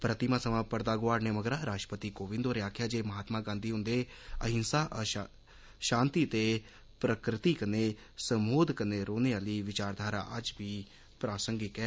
प्रतिमा सवां पर्दा गोआड़ने मगरा राष्ट्रपति कोविंद होरें आक्खेआ जे महात्मा गांधी उन्दे अहिंस शांति ते प्रकिृति कन्नै समोध कन्नै रौहने आली विचारधारा अज्ज बी प्रासंगिक ऐ